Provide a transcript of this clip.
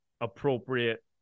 appropriate